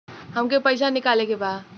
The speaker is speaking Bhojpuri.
हमके पैसा निकाले के बा